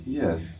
yes